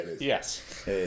yes